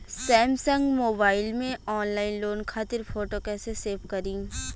Samsung mobile में online loan खातिर photo कैसे सेभ करीं?